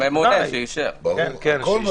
כמובן ותמך.